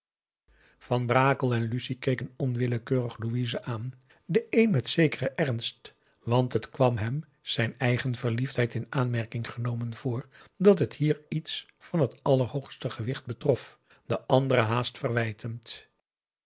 van brakel en lucie keken onwillekeurig louise aan de een met zekeren ernst want het kwam hem zijn eigen verliefdheid in aanmerking genomen voor dat het hier iets van het allerhoogste gewicht betrof de andere haast